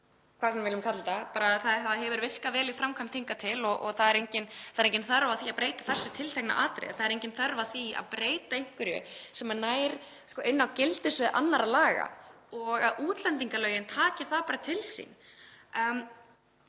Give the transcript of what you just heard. hvað sem við viljum kalla það. Það hefur virkað vel í framkvæmd hingað til og engin þörf á að breyta þessu tiltekna atriði. Það er engin þörf á því að breyta einhverju sem nær inn á gildissvið annarra laga og að útlendingalögin taki það til sín.